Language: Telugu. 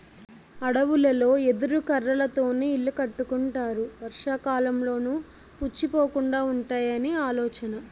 అడవులలో ఎదురు కర్రలతోనే ఇల్లు కట్టుకుంటారు వర్షాకాలంలోనూ పుచ్చిపోకుండా వుంటాయని ఆలోచన